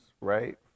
right